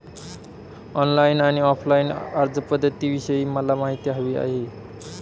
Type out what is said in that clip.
online आणि offline अर्जपध्दतींविषयी मला माहिती हवी आहे